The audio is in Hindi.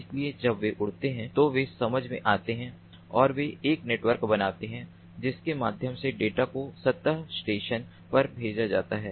इसलिए जब वे उड़ते हैं तो वे समझ में आते हैं और वे एक नेटवर्क बनाते हैं जिसके माध्यम से डेटा को सतह स्टेशन पर भेजा जाता है